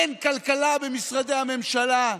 אין כלכלה במשרדי הממשלה.